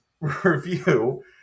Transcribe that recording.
review